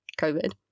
COVID